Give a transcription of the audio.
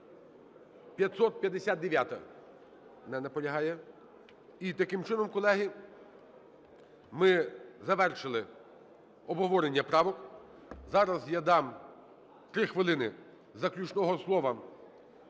І, таким чином, колеги, ми завершили обговорення правок. Зараз я дам 3 хвилини заключного слова